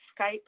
Skype